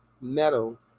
metal